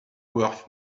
worth